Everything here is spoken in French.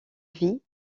vie